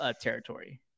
territory